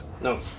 No